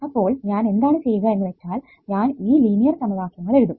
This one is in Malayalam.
അപ്പോൾ ഞാൻ എന്താണ് ചെയ്യുക എന്ന് വെച്ചാൽ ഞാൻ ഈ ലീനിയർ സമവാക്യങ്ങൾ എഴുതും